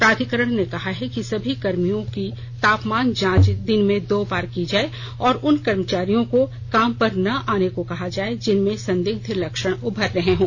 प्राधिकरण ने कहा है कि सभी कर्मियों की तापमान जांच दिन में दो बार की जाए और उन कर्मचारियों को काम पर न आने को कहा जाए जिनमें संदिग्ध लक्षण उमर रहे हों